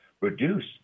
reduce